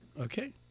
Okay